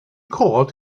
cod